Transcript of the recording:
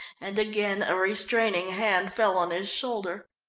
and again a restraining hand fell on his shoulder.